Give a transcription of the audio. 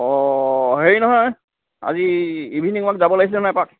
অঁ হেৰি নহয় আজি ইভিনিং ৱাক যাব লাগিছিলে নহয় এপাক